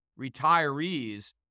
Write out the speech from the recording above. retirees